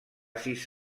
sis